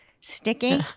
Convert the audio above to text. Sticky